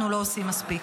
אנחנו לא עושים מספיק,